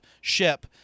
ship